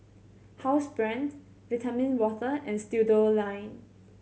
Housebrand Vitamin Water and Studioline